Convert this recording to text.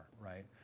right